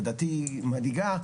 לדעתי מדאיגה,